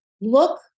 look